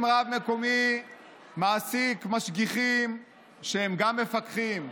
אם רב מקומי מעסיק משגיחים שהם גם מפקחים,